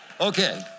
Okay